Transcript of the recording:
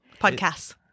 Podcasts